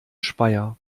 speyer